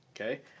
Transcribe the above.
Okay